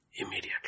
immediately